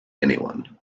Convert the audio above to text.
anyone